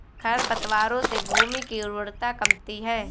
खरपतवारों से भूमि की उर्वरता कमती है